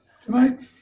tonight